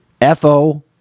F-O